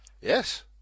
Yes